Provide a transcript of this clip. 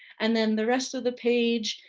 and then the rest of the page,